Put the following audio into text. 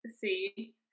see